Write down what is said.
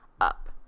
up